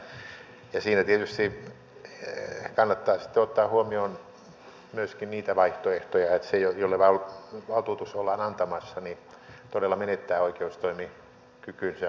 siinä tietysti kannattaa sitten ottaa huomioon myöskin niitä vaihtoehtoja että se jolle valtuutus ollaan antamassa todella menettää oikeustoimikelpoisuutensa